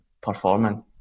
performing